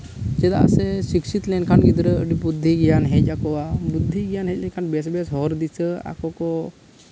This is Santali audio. ᱪᱮᱫᱟᱜ ᱥᱮ ᱥᱤᱪᱪᱷᱤᱛ ᱞᱮᱱᱠᱷᱟᱱ ᱜᱤᱫᱽᱨᱟᱹ ᱟᱹᱰᱤ ᱵᱩᱫᱽᱫᱷᱤ ᱜᱮᱭᱟᱱ ᱦᱮᱡ ᱟᱠᱚᱣᱟ ᱵᱩᱫᱽᱫᱷᱤ ᱜᱮᱭᱟᱱ ᱦᱮᱡ ᱞᱮᱱᱠᱷᱟᱱ ᱵᱮᱥ ᱵᱮᱥ ᱦᱚᱨ ᱫᱤᱥᱟᱹ ᱟᱠᱚ ᱠᱚ